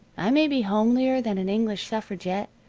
i may be homelier than an english suffragette,